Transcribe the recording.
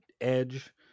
edge